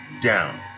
down